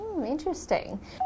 Interesting